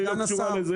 היא לא קשורה לזה,